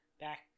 back